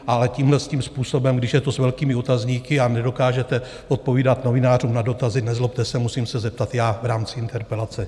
Ale tímhletím způsobem, když je to s velkými otazníky a nedokážete odpovídat novinářům na dotazy, nezlobte se, musím se zeptat já v rámci interpelace.